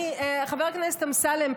חבר הכנסת אמסלם,